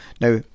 now